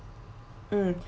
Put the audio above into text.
mm